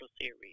series